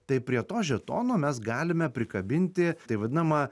tai prie to žetono mes galime prikabinti tai vadinama